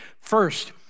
First